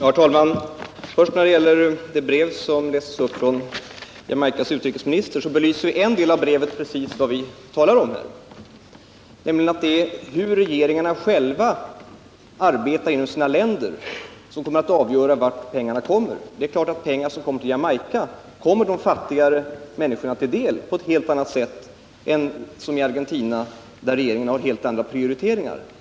Herr talman! Beträffande det brev från Jamaicas utrikesminister som lästes uppär att märka att en del av brevet belyser just vad vi talar om, nämligen att det är regeringarnas sätt att själva arbeta i sina länder som kommer att avgöra vart pengarna går. Det är klart att pengar som går till Jamaica kommer de fattigare människorna till del på ett helt annat sätt än om pengarna hade gått till Argentina, där regeringen har helt andra prioriteringar.